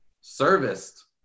serviced